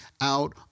out